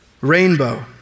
rainbow